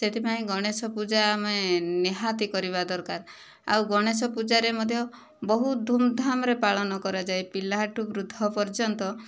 ସେଥିପାଇଁ ଗଣେଶ ପୂଜା ଆମେ ନିହାତି କରିବା ଦରକାର ଆଉ ଗଣେଶ ପୂଜାରେ ମଧ୍ୟ ବହୁତ ଧୁମଧାମରେ ପାଳନ କରାଯାଏ ପିଲାଠୁ ବୃଦ୍ଧ ପର୍ଯ୍ୟନ୍ତ